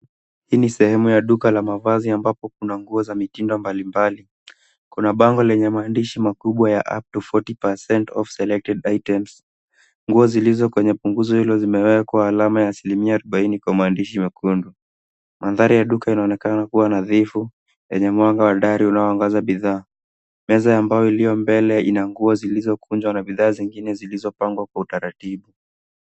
Hii sehemu ya duka la mavazi ambapo kuna nguo za mitindo mbali mbali. Kuna bango lenye maandishi makubwa ya upto forty percent of selected items .Nguo zilizo kwenye punguzo hilo zimewekwa alama ya asilimia arubaine kwa maandishi mekundu. Maandhari ya duka inaonekana kuwa nadhifu, yeye mwanga hodari iliyoangaza bidhaa. Meza ambayo iliyo mbele ina nguo zilikunjwa na bidhaa zingine zilizopangwa kwa utaratibu.